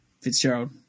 Fitzgerald